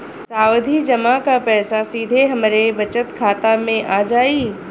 सावधि जमा क पैसा सीधे हमरे बचत खाता मे आ जाई?